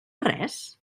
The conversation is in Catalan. res